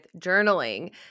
journaling